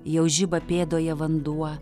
jau žiba pėdoje vanduo